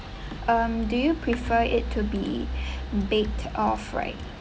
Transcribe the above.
um do you prefer it to be baked or fried